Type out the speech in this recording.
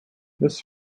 this